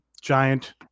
giant